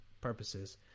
purposes